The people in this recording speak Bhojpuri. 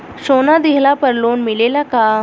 सोना दिहला पर लोन मिलेला का?